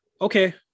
Okay